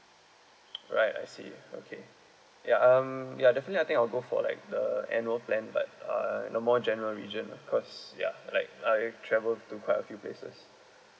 alright I see okay ya um ya definitely I think I'll go for like the annual plan but uh the more general region ah because ya like I travel to quite a few places